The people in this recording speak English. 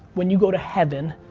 when you go to heaven,